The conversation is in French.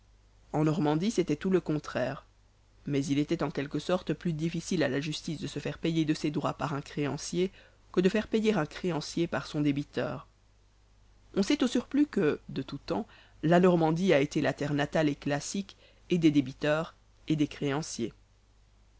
en normandie c'était tout le contraire mais il était en quelque sorte plus difficile à la justice de se faire payer de ses droits par un créancier que de faire payer un créancier par son débiteur on sait au surplus que de tout temps la normandie a été la terre natale et classique et des débiteurs et des créanciers